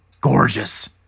gorgeous